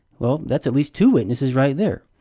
well, that's at least two witnesses right there.